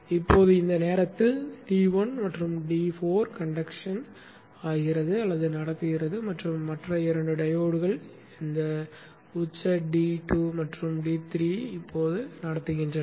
இப்போது இந்த நேரத்தில் D1 மற்றும் D4 கண்டக்ட் செய்கின்றன மற்றும் மற்ற 2 டையோட்கள் இந்த உச்ச D2 மற்றும் D3ஐ கண்டக்ட் செய்கின்றன